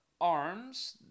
arms